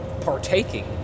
partaking